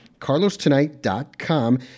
carlostonight.com